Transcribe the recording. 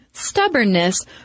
stubbornness